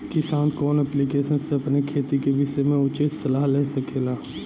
किसान कवन ऐप्लिकेशन से अपने खेती के विषय मे उचित सलाह ले सकेला?